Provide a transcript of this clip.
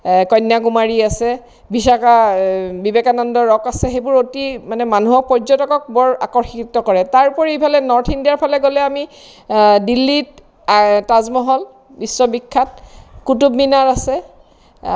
কন্যাকুমাৰী আছে বিশাসা বিবেকানন্দ ৰ'ক আছে সেইবোৰ অতি মানে মানুহক পৰ্যটকক বৰ আকৰ্ষিত কৰে তাৰোপৰি এইফালে নৰ্থ ইণ্ডিয়াৰ ফালে গ'লে আমি দিল্লীত তাজমহল বিশ্ববিখ্যাত কুটুবমিনাৰ আছে